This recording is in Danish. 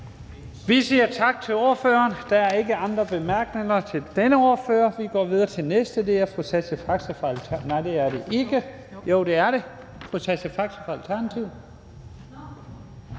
Vi siger tak til ordføreren. Der er ikke flere korte bemærkninger til denne ordfører, så vi går videre til den næste, og det er fru Sascha Faxe fra Alternativet.